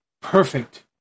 perfect